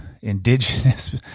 indigenous